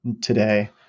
today